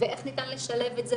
ואיך ניתן לשלב את זה,